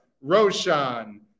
roshan